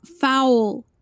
foul